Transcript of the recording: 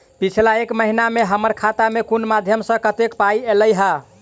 पिछला एक महीना मे हम्मर खाता मे कुन मध्यमे सऽ कत्तेक पाई ऐलई ह?